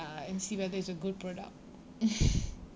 and see whether it's a good product